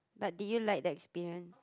but did you like the experience